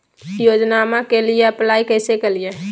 योजनामा के लिए अप्लाई कैसे करिए?